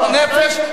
בבריאות הנפש,